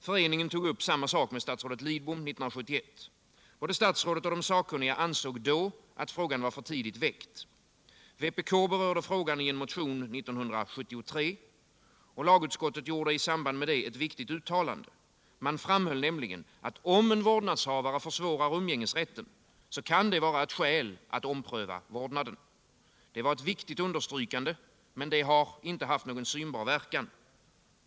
Föreningen tog upp samma sak med statsrådet Lidbom 1971. Både statsrådet och de sakkunniga ansåg då att frågan var för tidigt väckt. Vpk berörde frågan i en motion 1973, och lagutskottet gjorde i samband med det ett viktigt uttalande —- man framhöll nämligen att om en vårdnadshavare försvårar umgängesrätten kan det vara ett skäl att ompröva vårdnaden. Detta var ett viktigt understrykande, men det har inte haft någon synbar verkan.